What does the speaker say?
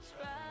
try